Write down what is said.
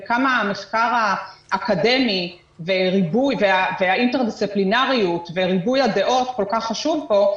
וכמה המחקר האקדמי והאינטרדיסציפלינריות וריבוי הדעות כל כך חשוב פה.